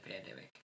pandemic